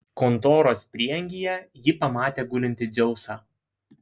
kontoros prieangyje ji pamatė gulintį dzeusą